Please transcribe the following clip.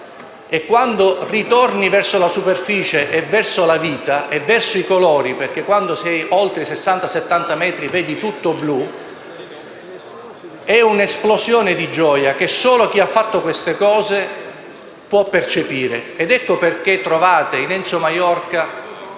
E quando ritorni verso la superficie, verso la vita e verso i colori - perché quando si è oltre i 60-70 metri si vede tutto blu - è un'esplosione di gioia, che solo chi ha fatto queste cose può percepire. Ecco perché Enzo Maiorca